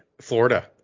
Florida